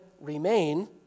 remain